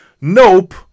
nope